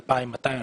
2,200,